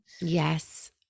Yes